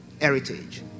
heritage